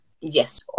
Yes